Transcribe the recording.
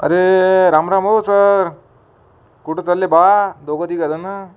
अरे राम राम ओ सर कुठं चालले ब्वा दोघंतिघं जण